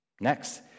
Next